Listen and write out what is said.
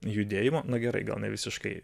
judėjimų na gerai gal nevisiškai